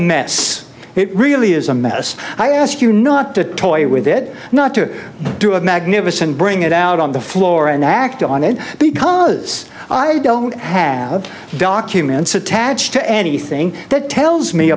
mess it really is a mess i ask you not to toy with it not to do a magnificent bring it out on the floor and act on it because i don't have documents attached to anything that tells me